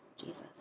Jesus